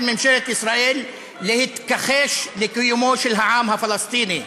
ממשלת ישראל להתכחש לקיומו של העם הפלסטיני.